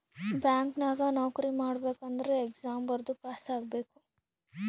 bank ನಾಗ್ ನೌಕರಿ ಮಾಡ್ಬೇಕ ಅಂದುರ್ ಎಕ್ಸಾಮ್ ಬರ್ದು ಪಾಸ್ ಆಗ್ಬೇಕ್